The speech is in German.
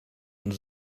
und